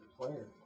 player